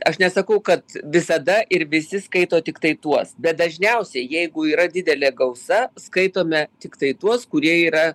aš nesakau kad visada ir visi skaito tiktai tuos bet dažniausiai jeigu yra didelė gausa skaitome tiktai tuos kurie yra